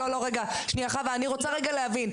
חוה, שנייה, אני רוצה להבין.